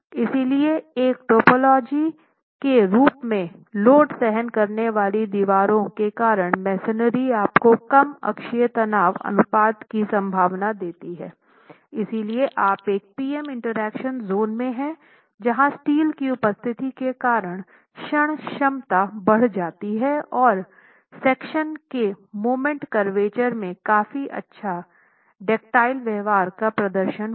इसलिए एक टाइपोलॉजी के रूप में लोड सहन करने वाली दीवारों के कारण मेसनरी आपको कम अक्षीय तनाव अनुपात की संभावना देता है इसलिए आप एक पी एम इंटरेक्शन ज़ोन में हैं जहां स्टील की उपस्थिति के कारण क्षण क्षमता बढ़ जाती है और सेक्शन के मोमेंट करवेचर में काफी अच्छे डक्टाइल व्यवहार का प्रदर्शन होता है